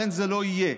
לכן זה לא יהיה.